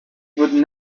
would